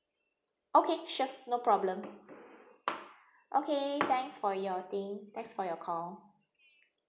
okay sure no problem okay thanks for your thing thanks for your call